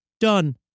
done